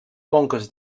conques